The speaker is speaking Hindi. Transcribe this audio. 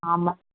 हाँ मैं